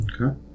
Okay